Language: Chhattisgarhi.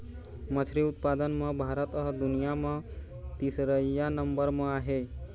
मछरी उत्पादन म भारत ह दुनिया म तीसरइया नंबर म आहे